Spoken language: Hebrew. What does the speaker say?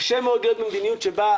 קשה מאוד להיות במדיניות שבה,